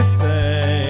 say